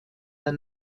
der